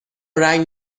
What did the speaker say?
رنگ